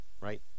right